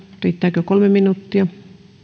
riittääkö kolme minuuttia